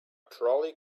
trolley